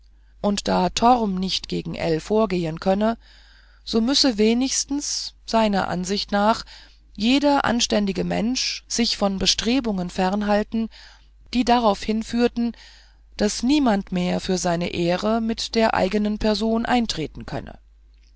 und da torm nicht gegen ell vorgehen könne so müsse wenigstens seiner ansicht nach jeder anständige mensch sich von bestrebungen fernhalten die darauf hinführten daß niemand mehr für seine ehre mit der eignen person eintreten könne